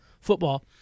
football